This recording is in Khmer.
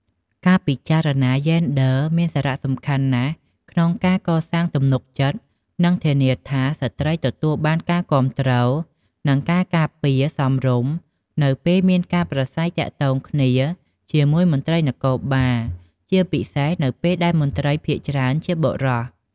ការពិចារណាយេនឌ័រមានសារៈសំខាន់ណាស់ក្នុងការកសាងទំនុកចិត្ត និងធានាថា ស្ត្រីទទួលបានការគាំទ្រ និងការការពារសមរម្យនៅពេលមានការប្រាស្រ័យទាក់ទងជាមួយមន្ត្រីនគរបាល ជាពិសេសនៅពេលដែលមន្ត្រីភាគច្រើនជាបុរស។